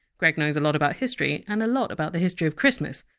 greg knows a lot about history, and a lot about the history of christmas.